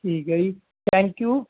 ਠੀਕ ਹੈ ਜੀ ਥੈਂਕ ਯੂ